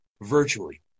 virtually